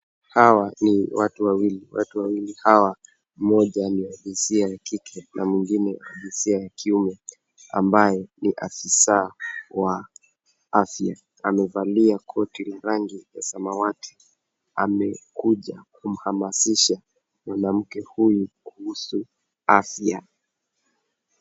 Hawa ni watu wawili. Watu wawili hawa mmoja ni wa jinsia ya kike na mwingine wa jinsia ya kiume ambaye ni afisa wa afya. Amevalia koti la rangi ya samawati. Amekuja kumhamasisha mwanamke huyu kuhusu afya.